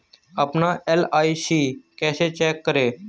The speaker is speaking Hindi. अपना एल.आई.सी कैसे चेक करें?